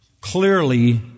clearly